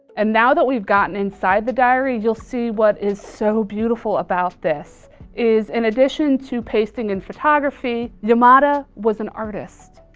and now that we've gotten inside the diary, you'll see what is so beautiful about this is in addition to pasting and photography, yamada was an artist.